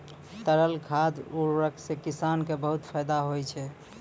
तरल खाद उर्वरक सें किसान क बहुत फैदा होय छै